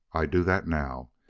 i do that now.